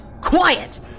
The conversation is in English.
quiet